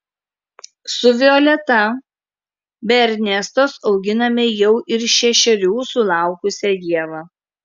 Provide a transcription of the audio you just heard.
su violeta be ernestos auginame jau ir šešerių sulaukusią ievą